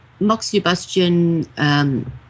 moxibustion